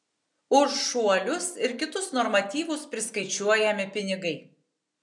už šuolius ir kitus normatyvus priskaičiuojami pinigai